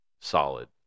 Solid